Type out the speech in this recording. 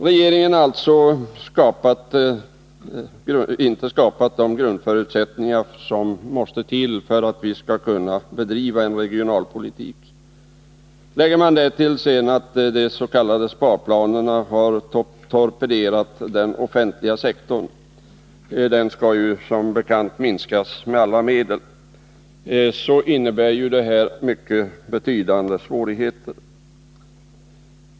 Regeringen har alltså inte skapat grundförutsättningarna för att vi skall kunna bedriva en regionalpolitik. Läggs därtill att de s.k. sparplanerna har torpederat den offentliga sektorn — den skall ju som bekant minskas med alla medel — innebär det här mycket betydande svårigheter.